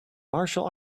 martial